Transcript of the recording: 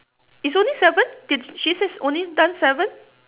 is only seven did she say only done seven